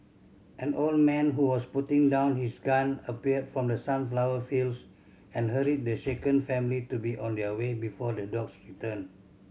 an old man who was putting down his gun appeared from the sunflower fields and hurried the shaken family to be on their way before the dogs return